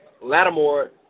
Lattimore